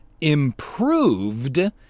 improved